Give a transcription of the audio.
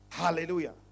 Hallelujah